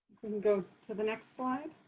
can go to the next slide.